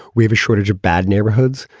we have a shortage of bad neighborhoods.